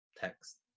text